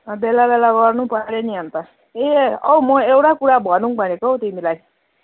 अँ बेला बेला गर्नुपऱ्यो नि अन्त ए औ म एउटा कुरा भनौँ भनेको हौ तिमीलाई